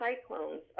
cyclones